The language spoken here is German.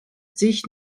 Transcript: sich